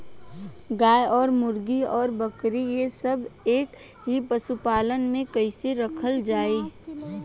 गाय और मुर्गी और बकरी ये सब के एक ही पशुपालन में कइसे रखल जाई?